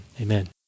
Amen